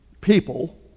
people